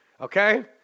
okay